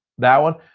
that one.